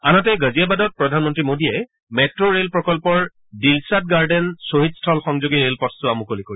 আনহাতে গাজিয়াবাদত প্ৰধানমন্ত্ৰী মোদীয়ে মেট্' ৰে'ল প্ৰকল্পৰ দিলছাদ গাৰ্ডেন খহীদ স্থল সংযোগী ৰে'লপথছোৱা মুকলি কৰিব